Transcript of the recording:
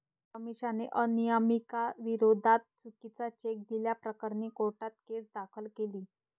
अमिषाने अनामिकाविरोधात चुकीचा चेक दिल्याप्रकरणी कोर्टात केस दाखल केली